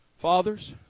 Fathers